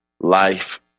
Life